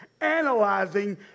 analyzing